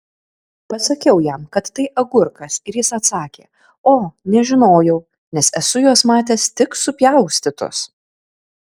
pasakiau jam kad tai agurkas ir jis atsakė o nežinojau nes esu juos matęs tik supjaustytus